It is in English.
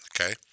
okay